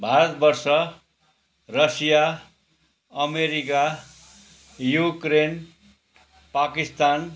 Bharatvarsh Russia America Ukraine Pakistan